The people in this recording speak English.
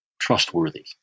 trustworthy